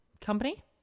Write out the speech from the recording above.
company